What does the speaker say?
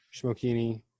Schmokini